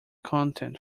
content